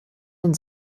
nun